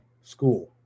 school